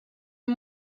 are